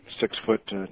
six-foot